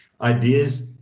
ideas